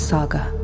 Saga